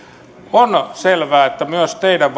on selvää että myös teidän